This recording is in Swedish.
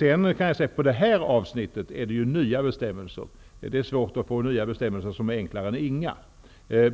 När det gäller detta avsnitt är det nya bestämmelser, och det är svårt att få nya bestämmelser som är enklare än inga.